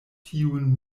tiun